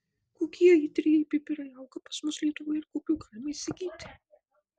kokie aitrieji pipirai auga pas mus lietuvoje ir kokių galima įsigyti